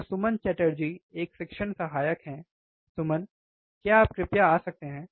तो सुमन चटर्जी एक शिक्षण सहायक हैं सुमन क्या आप कृपया आ सकते हैं